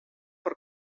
per